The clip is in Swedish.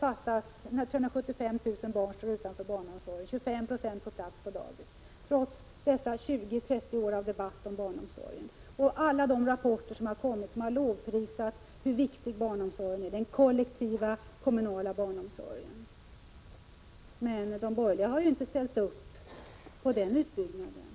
Nu står nära 375 000 barn utanför barnomsorgen, endast 25 96 får plats på dagis — trots 20-30 års debatt om barnomsorgen och trots alla rapporter, som har lovprisat den kollektiva kommunala barnomsorgen. Men de borgerliga har inte ställt upp på någon sådan utbyggnad.